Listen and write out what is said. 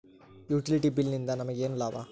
Utility bill ನಿಂದ್ ನಮಗೇನ ಲಾಭಾ?